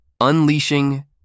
Unleashing